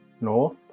North